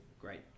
great